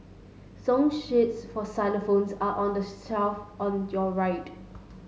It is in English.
song sheets for xylophones are on the shelf on your right